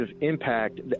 impact